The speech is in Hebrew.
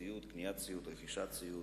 ציוד, קניית ציוד, רכישת ציוד.